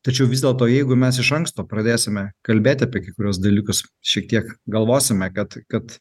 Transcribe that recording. tačiau vis dėlto jeigu mes iš anksto pradėsime kalbėti apie kai kuriuos dalykus šiek tiek galvosime kad kad